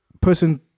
Person